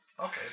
Okay